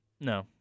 No